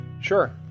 sure